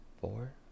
four